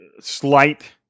slight